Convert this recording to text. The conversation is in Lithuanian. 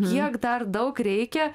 kiek dar daug reikia